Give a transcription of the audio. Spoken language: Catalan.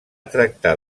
tractar